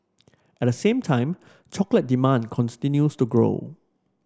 at the same time chocolate demand continues to grow